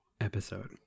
episode